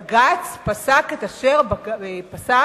בג"ץ פסק את אשר פסק,